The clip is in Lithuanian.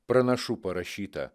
pranašų parašyta